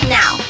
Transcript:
now